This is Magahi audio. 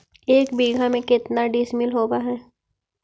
एक बीघा में केतना डिसिमिल होव हइ?